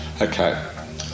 Okay